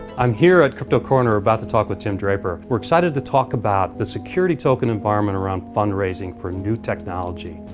i'm here at crypto corner, about to talk with tim draper. we're excited to talk about the security token environment around fundraising for new technology.